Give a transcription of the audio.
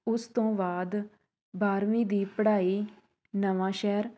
ਉਸ ਤੋਂ ਬਾਅਦ ਬਾਰ੍ਹਵੀਂ ਦੀ ਪੜ੍ਹਾਈ ਨਵਾਂਸ਼ਹਿਰ